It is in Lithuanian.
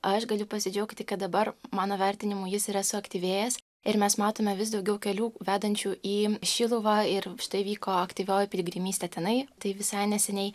aš galiu pasidžiaugti kad dabar mano vertinimu jis yra suaktyvėjęs ir mes matome vis daugiau kelių vedančių į šiluvą ir štai vyko aktyvioji piligrimystė tenai tai visai neseniai